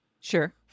Sure